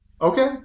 Okay